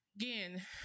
again